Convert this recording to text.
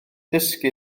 dysgu